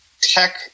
tech